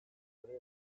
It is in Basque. ere